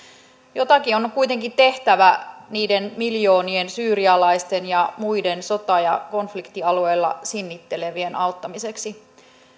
jotakin on on kuitenkin tehtävä niiden miljoonien syyrialaisten ja muiden sota ja konfliktialueella sinnittelevien auttamiseksi